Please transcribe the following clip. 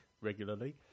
regularly